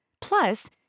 Plus